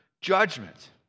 judgment